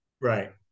Right